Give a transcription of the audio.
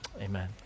Amen